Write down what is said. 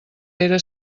pere